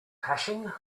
hashing